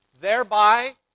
Thereby